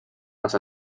les